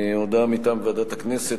הודעה מטעם ועדת הכנסת.